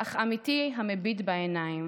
אך אמיתי, המביט בעיניים,